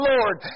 Lord